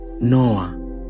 Noah